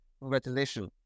congratulations